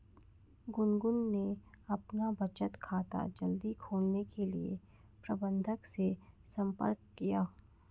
गुनगुन ने अपना बचत खाता जल्दी खोलने के लिए प्रबंधक से संपर्क किया